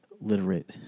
literate